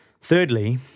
Thirdly